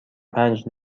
پنج